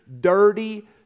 dirty